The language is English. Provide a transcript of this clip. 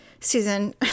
Susan